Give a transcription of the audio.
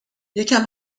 یکم